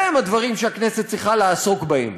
אלה הם הדברים שהכנסת צריכה לעסוק בהם,